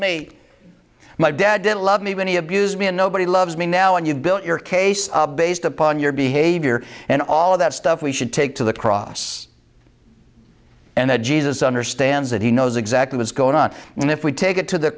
me my dad didn't love me when he abused me and nobody loves me now and you've built your case based upon your behavior and all of that stuff we should take to the cross and the jesus understands that he knows exactly what's going on and if we take it to the